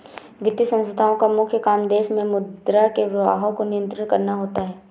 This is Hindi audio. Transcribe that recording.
वित्तीय संस्थानोँ का मुख्य काम देश मे मुद्रा के प्रवाह को नियंत्रित करना होता है